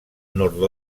nord